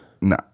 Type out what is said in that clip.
No